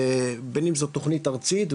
בין אם זאת תוכנית ארצית,